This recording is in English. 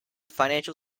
financial